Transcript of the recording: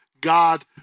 God